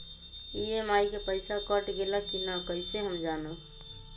EMI के पईसा cut गेलक कि ना कइसे हम जानब?